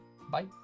Bye